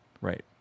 Right